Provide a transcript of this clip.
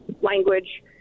language